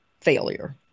failure